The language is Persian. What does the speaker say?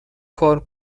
کار